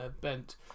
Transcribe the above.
bent